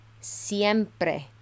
siempre